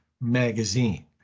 magazine